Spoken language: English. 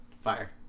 Fire